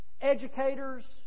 educators